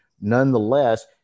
Nonetheless